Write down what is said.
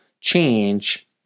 change